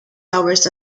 hours